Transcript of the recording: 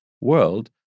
world